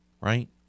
right